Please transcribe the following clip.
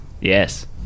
Yes